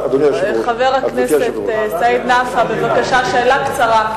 חבר הכנסת סעיד נפאע, בבקשה, שאלה קצרה.